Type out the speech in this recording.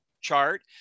chart